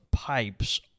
Pipes